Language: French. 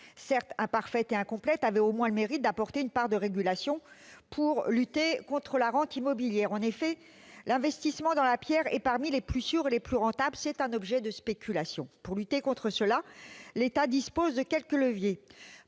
certes imparfaite et incomplète, avait au moins le mérite d'apporter une part de régulation pour lutter contre la rente immobilière. En effet, l'investissement dans la pierre est parmi les plus sûrs et les plus rentables ; c'est un objet de spéculation. Pour lutter contre cela, l'État dispose de quelques leviers.